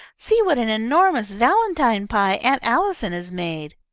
see what an enormous valentine pie aunt allison has made!